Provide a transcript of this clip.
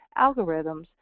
algorithms